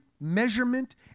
measurement